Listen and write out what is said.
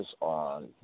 on